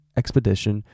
expedition